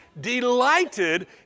delighted